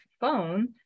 phone